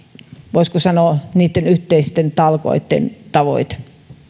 voisiko sanoa niitten yhteisten talkoitten tavoite